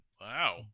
Wow